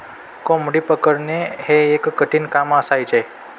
कोंबडी पकडणे हे एक कठीण काम असायचे